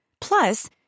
Plus